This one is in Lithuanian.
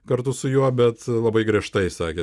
kartu su juo bet labai griežtai sakė